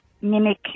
mimic